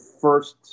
First